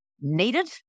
needed